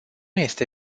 este